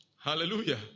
hallelujah